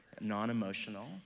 non-emotional